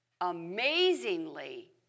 amazingly